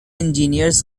engineers